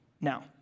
Now